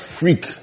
freak